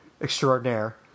extraordinaire